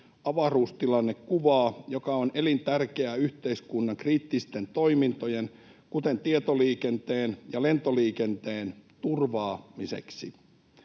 avaruustilannekuvaa, joka on elintärkeää yhteiskunnan kriittisten toimintojen, kuten tietoliikenteen ja lentoliikenteen, turvaamiseksi.